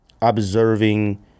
observing